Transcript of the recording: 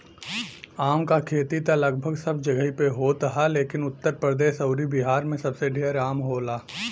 आम क खेती त लगभग सब जगही पे होत ह लेकिन उत्तर प्रदेश अउरी बिहार में सबसे ढेर आम होला